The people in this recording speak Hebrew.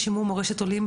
לשימור מורשת עולים,